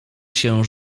się